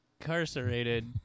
incarcerated